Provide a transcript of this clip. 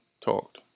talked